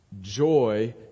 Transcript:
Joy